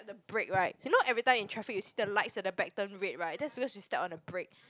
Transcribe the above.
the brake right you know every time in traffic you see the lights at the back turn red right that's because you step on the brake